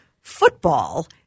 football